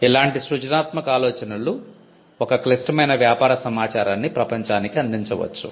ఇలాంటి సృజనాత్మక ఆలోచనలు ఒక క్లిష్టమైన వ్యాపార సమాచారాన్ని ప్రపంచానికి అందించవచ్చు